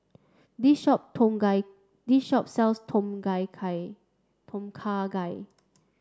this shop Tom Gai this shop sells Tom Gai Kha Tom Kha Gai